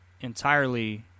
entirely